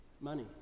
Money